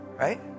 right